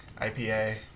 IPA